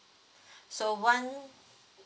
so one